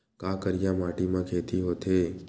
का करिया माटी म खेती होथे?